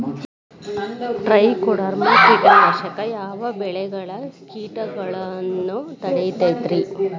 Trichoderma ಕೇಟನಾಶಕ ಯಾವ ಬೆಳಿಗೊಳ ಕೇಟಗೊಳ್ನ ತಡಿತೇತಿರಿ?